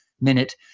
Minute